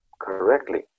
correctly